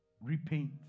repaint